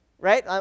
Right